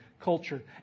culture